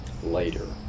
later